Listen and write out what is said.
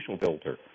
filter